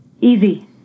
Easy